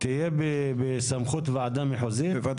עד